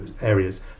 areas